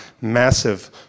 massive